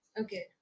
Okay